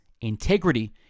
integrity